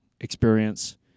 experience